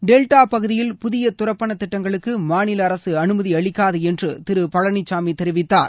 delta பகுதியில் புதிய தரப்பன திட்டங்களுக்கு மாநில அரசு அனுமதி அளிக்காது என்று திரு பழனிசாமி தெரிவித்தார்